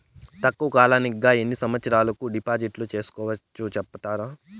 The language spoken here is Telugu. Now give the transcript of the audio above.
తక్కువ కాలానికి గా ఎన్ని సంవత్సరాల కు డిపాజిట్లు సేసుకోవచ్చు సెప్తారా